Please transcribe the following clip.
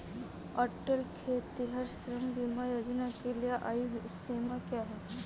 अटल खेतिहर श्रम बीमा योजना के लिए आयु सीमा क्या है?